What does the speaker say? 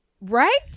Right